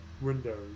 windows